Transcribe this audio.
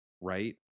right